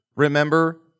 Remember